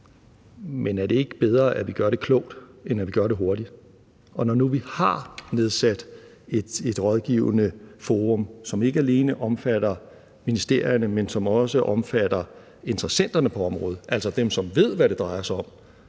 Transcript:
Men er det ikke bedre, at vi gør det klogt, end at vi gør det hurtigt? Og når nu vi har nedsat et rådgivende forum, som ikke alene omfatter ministerierne, men som også omfatter interessenterne på området – altså dem, som ved, hvad det drejer sig om